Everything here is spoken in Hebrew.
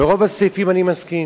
לרוב הסעיפים אני מסכים.